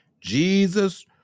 Jesus